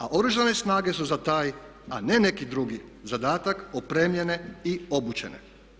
A Oružane snage su za taj, a ne neki drugi zadatak, opremljene i obučene.